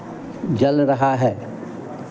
जल रहा है